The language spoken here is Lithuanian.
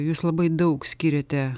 jūs labai daug skiriate